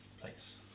place